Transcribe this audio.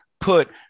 put